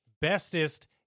bestest